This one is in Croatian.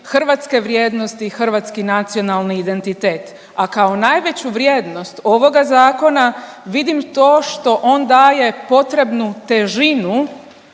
hrvatske vrijednosti, hrvatski nacionalni identitet. A kao najveću vrijednost ovoga zakona vidim to što on daje potrebnu težinu